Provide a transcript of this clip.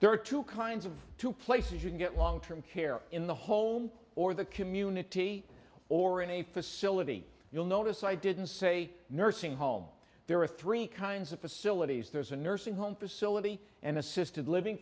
there are two kinds of two places you can get long term care in the home or the community or in a facility you'll notice i didn't say nursing home there are three kinds of facilities there's a nursing home facility an assisted living